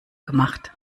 gemacht